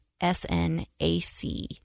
SNAC